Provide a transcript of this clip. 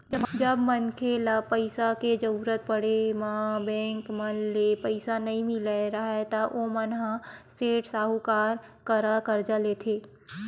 जब मनखे ल पइसा के जरुरत पड़े म बेंक मन ले पइसा नइ मिलत राहय ता ओमन ह सेठ, साहूकार करा करजा लेथे